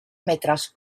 metres